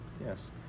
yes